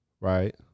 Right